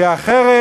כי אחרת,